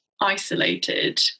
isolated